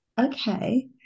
Okay